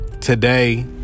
today